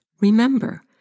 Remember